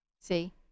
see